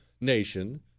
nation